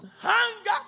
hunger